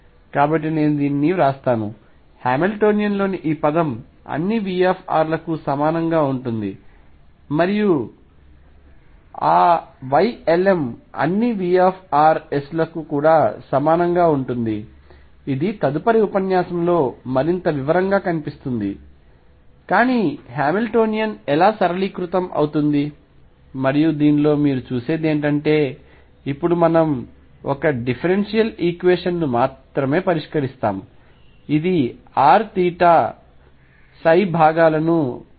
కాబట్టి నేను దీనిని వ్రాస్తాను హామిల్టోనియన్ లోని ఈ పదం అన్ని V లకు సమానంగా ఉంటుంది మరియు ఆ Ylm అన్ని Vs లకు కూడా సమానంగా ఉంటుంది ఇది తదుపరి ఉపన్యాసంలో మరింత వివరంగా కనిపిస్తుంది కానీ హామిల్టోనియన్ ఎలా సరళీకృతం అవుతుంది మరియు దీనిలో మీరు చూసేది ఏమిటంటే ఇప్పుడు మనము ఒక డిఫెరెన్షియల్ ఈక్వేషన్ ను మాత్రమే పరిష్కరిస్తాం ఇది r తీటా భాగాలను జాగ్రత్తగా చూసుకుంది